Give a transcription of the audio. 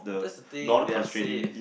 that's the thing they are safe